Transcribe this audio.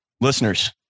listeners